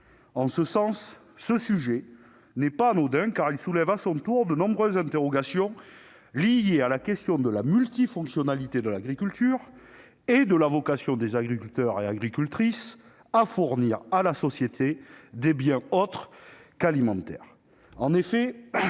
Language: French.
En ce sens, ce sujet n'est pas anodin, car il soulève de nombreuses interrogations liées à la question de la multifonctionnalité de l'agriculture et de la vocation des agriculteurs à fournir à la société des biens autres qu'alimentaires. En effet,